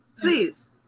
Please